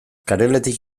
kareletik